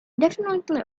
definitely